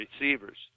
receivers